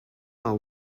are